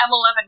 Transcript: M11